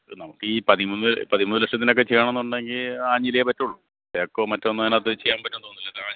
നമുക്ക് ഈ പതിമൂന്ന് പതിമൂന്ന് ലക്ഷത്തിനൊക്കെ ചെയ്യണമെന്നുണ്ടെങ്കില് ആഞ്ഞിലിയേ പറ്റുള്ളൂ തേക്കോ മറ്റൊന്നോ അതിനകത്തു ചെയ്യാൻ പറ്റുമെന്നു തോന്നുന്നില്ല